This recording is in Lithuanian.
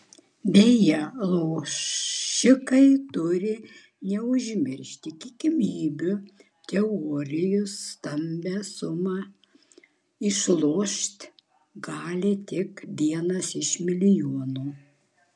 beje lošikai turi neužmiršti tikimybių teorijos stambią sumą išloš gal tik vienas iš milijono